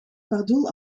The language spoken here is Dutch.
pardoel